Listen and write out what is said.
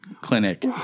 clinic